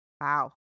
Wow